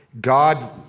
God